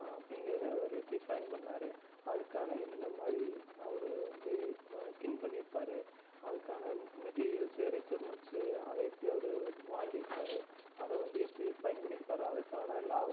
அப்படிங்கிறத அவர் எப்படி ஃபைண்ட் பண்ணாரு அதுக்கான என்னென்ன மாதிரி அவர் வந்து திங்க் பண்ணிருப்பார் அதுக்கான மெட்டீரியல்ஸு ரெக்யூர்மெண்ட்ஸு அதை எப்படி அவர் வாங்கியிருப்பாரு அதை வந்து எப்படி ஃபைண்ட் பண்ணியிருப்பாரு அதுக்கான லா